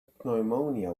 pneumonia